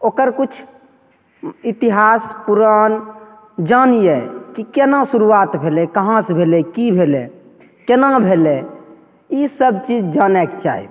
ओकर किछु इतिहास पुरान जानियै कि केना शुरुआत भेलय कहाँसँ भेलय की भेलय केना भेलय ईसब चीज जानयके चाही